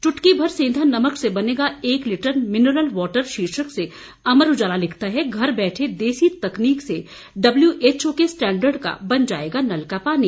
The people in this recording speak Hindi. चुटकी भर सेंघा नमक से बनेगा एक लीटर मिनरल वाटर शीर्षक से अमर उजाला लिखता है घर बैठे देसी तकनीक से डब्लयूएचओ के स्टेंडर्ड का बन जाएगा नल का पानी